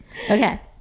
okay